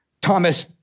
Thomas